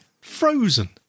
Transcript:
Frozen